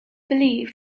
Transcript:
believe